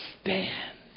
Stand